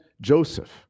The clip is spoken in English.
joseph